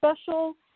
special